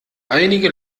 einige